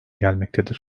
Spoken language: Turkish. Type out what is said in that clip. gelmektedir